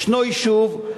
"ישנו יישוב,